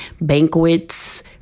banquets